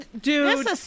dude